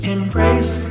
Embrace